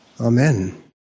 Amen